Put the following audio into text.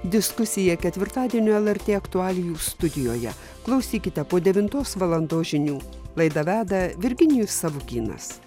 diskusija ketvirtadienio lrt aktualijų studijoje klausykite po devintos valandos žinių laidą veda virginijus savukynas